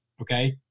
okay